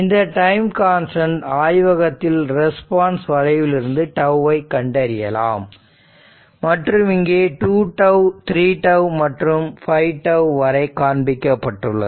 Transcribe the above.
இந்த time constant ஆய்வகத்தில் response வளைவிலிருந்து τ ஐ கண்டறியலாம் மற்றும் இங்கே 2 τ 3 τ மற்றும் 5 τ வரை காண்பிக்கப்பட்டுள்ளது